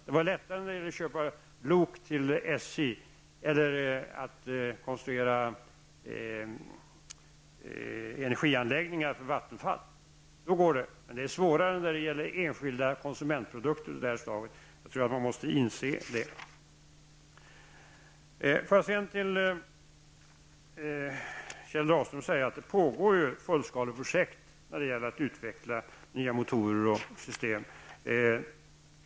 Det var lättare när det gällde att köpa lok till SJ än när det handlade om att konstruera energianläggningar till Vattenfall. Då går det, men det är svårare när det gäller enstaka konsumentprodukter. Det tror jag att man måste inse. Kjell Dahlström! Det pågår fullskaleprojekt när det gäller att utveckla nya metoder och system.